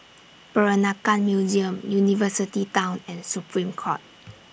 Peranakan Museum University Town and Supreme Court